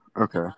okay